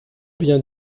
vient